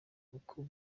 uko